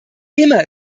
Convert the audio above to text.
immer